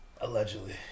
Allegedly